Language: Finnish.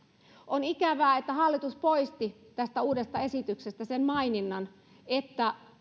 on ikävää että hallitus poisti tästä uudesta esityksestä sen maininnan että